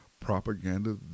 propaganda